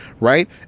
right